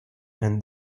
and